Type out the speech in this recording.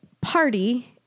party